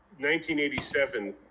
1987